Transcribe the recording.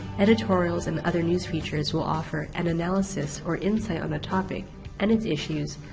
editorials and other news features will offer an analysis or insight on a topic and its issues,